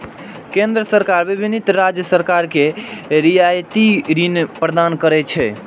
केंद्र सरकार विभिन्न राज्य सरकार कें रियायती ऋण प्रदान करै छै